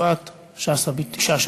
אחריה, חברת הכנסת יפעת שאשא ביטון.